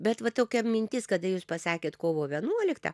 bet va tokia mintis kada jūs pasakėt kovo vienuoliktą